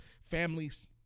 families